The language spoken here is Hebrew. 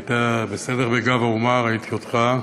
היית בסדר ב"גב האומה", ראיתי אותך.